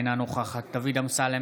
אינה נוכחת דוד אמסלם,